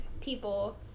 people